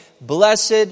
Blessed